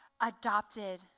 adopted